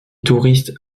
touristes